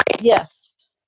yes